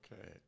Okay